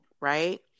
right